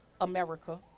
America